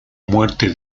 muerte